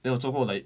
then 我做过 like